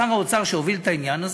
שר האוצר שהוביל את העניין הזה,